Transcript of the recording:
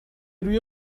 روی